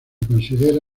considera